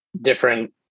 different